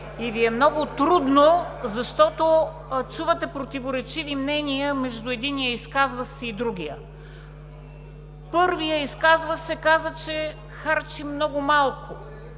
и Ви е много трудно, защото чувате противоречиви мнения между единия изказващ се и другия. Първият изказващ се каза, че харчим много малко,